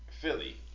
Philly